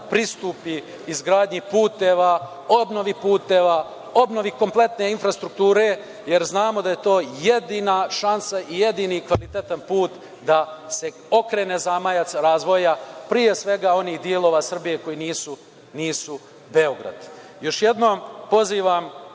pristupi izgradnji puteva, obnovi puteva, obnovi kompletne infrastrukture, jer znamo da je to jedina šansa i jedini kvalitetan put da se okrene zamajac razvoja, pre svega onih delova Srbije koji nisu Beograd. Još jednom, pozivam